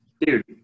dude